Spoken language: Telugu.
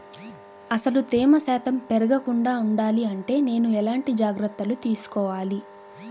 అసలు తేమ శాతం పెరగకుండా వుండాలి అంటే నేను ఎలాంటి జాగ్రత్తలు తీసుకోవాలి?